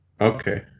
okay